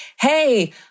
hey